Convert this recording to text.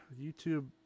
YouTube